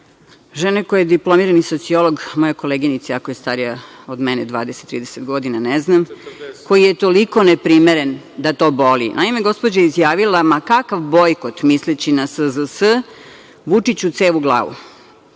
žene koja je diplomirani sociolog, moja koleginica, iako je starija od mene 20-30 godina, ne znam, koji je toliko neprimeren da to boli. Naime, gospođa je izjavila - ma kakav bojkot, misleći na SZS, Vučiću cev u glavu.